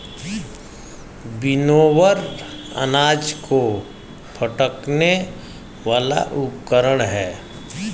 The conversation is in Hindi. विनोवर अनाज को फटकने वाला उपकरण है